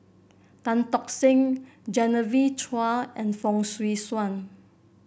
Tan Tock Seng Genevieve Chua and Fong Swee Suan